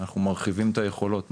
מרחיבים את היכולות,